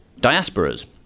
diasporas